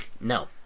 No